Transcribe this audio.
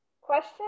question